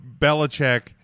Belichick